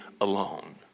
alone